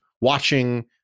watching